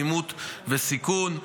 אלימות וסיכון,